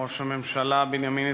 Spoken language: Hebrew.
ראש הממשלה בנימין נתניהו,